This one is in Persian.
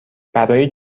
برای